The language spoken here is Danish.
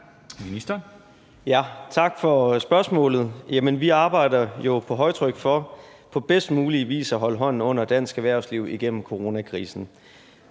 Tak for spørgsmålet. Jamen vi arbejder jo på højtryk for på bedst mulig vis at holde hånden under dansk erhvervsliv igennem coronakrisen.